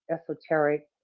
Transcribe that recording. esoteric